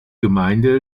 gemeinde